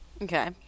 Okay